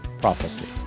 PROPHECY